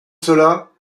cela